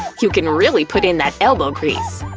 you can really put in that elbow grease!